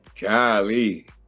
Golly